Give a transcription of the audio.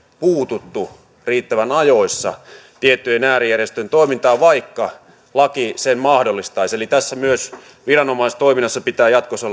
puututtu riittävän ajoissa tiettyjen äärijärjestöjen toimintaan vaikka laki sen mahdollistaisi eli tässä myös viranomaistoiminnassa pitää jatkossa